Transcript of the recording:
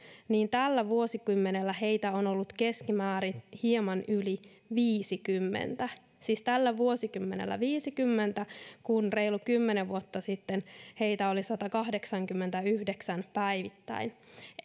niin tällä vuosikymmenellä heitä on ollut keskimäärin hieman yli viisikymmentä siis tällä vuosikymmenellä viisikymmentä kun reilu kymmenen vuotta sitten heitä oli sadankahdeksankymmenenyhdeksän päivittäin